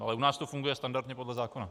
Ale u nás to funguje standardně podle zákona.